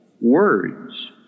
Words